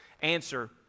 answer